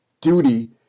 duty